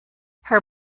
her